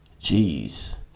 Jeez